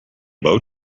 bow